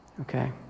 Okay